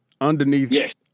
underneath